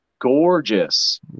gorgeous